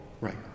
Right